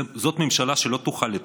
זאת ממשלה שלא תוכל לתפקד,